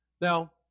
Now